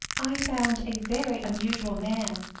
i found a very unusual man,